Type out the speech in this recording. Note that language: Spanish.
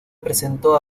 presentó